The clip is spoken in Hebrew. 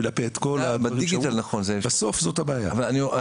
בסוף זאת הבעיה.